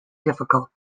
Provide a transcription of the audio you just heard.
difficult